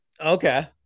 okay